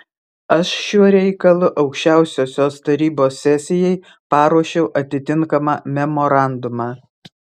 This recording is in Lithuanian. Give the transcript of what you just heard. aš šiuo reikalu aukščiausiosios tarybos sesijai paruošiau atitinkamą memorandumą